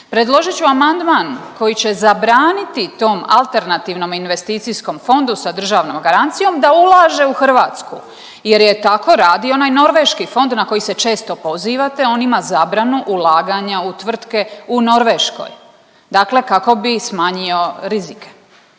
Predložit ću amandman koji će zabraniti tom alternativnom investicijskom fondu sa državnom garancijom da ulaže u Hrvatsku, jer je tako radio onaj norveški fond na koji se često pozivate, a on ima zabranu ulaganja u tvrtke u Norveškoj dakle kako bi smanjio rizike.